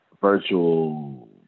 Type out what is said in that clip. virtual